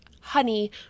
honey